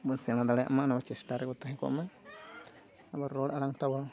ᱵᱚ ᱥᱮᱬᱟ ᱫᱟᱲᱮᱭᱟᱜ ᱢᱟ ᱱᱚᱣᱟ ᱪᱮᱥᱴᱟ ᱨᱮ ᱵᱚ ᱛᱟᱦᱮᱸ ᱠᱚᱜᱢᱟ ᱟᱵᱚᱣᱟᱜ ᱨᱚᱲ ᱟᱲᱟᱝ ᱛᱟᱵᱚ